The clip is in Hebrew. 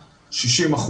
60%,